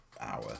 hour